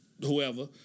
whoever